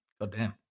goddamn